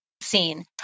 seen